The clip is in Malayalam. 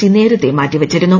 സി നേരത്തെ മാറ്റിവച്ചിരുന്നു